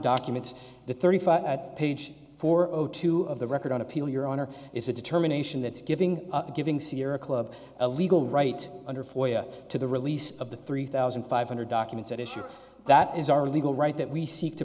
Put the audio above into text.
documents the thirty five page for two of the record on appeal your honor is a determination that's giving giving sierra club a legal right under foyer to the release of the three thousand five hundred documents at issue that is our legal right that we seek to